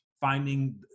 finding